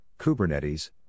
kubernetes